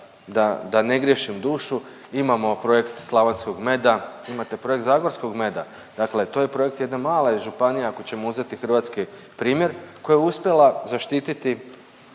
da ne griješim dušu, imamo projekt slavonskog meda, imate projekt zagorskog meda. Dakle to je projekt jedne mala je županija ako ćemo uzeti hrvatski primjer koja je uspjela zaštiti